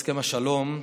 הסכם השלום,